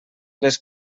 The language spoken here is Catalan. les